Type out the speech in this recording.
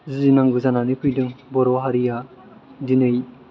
जुजिनांगौ जानानै फैदों बर' हारिया दिनै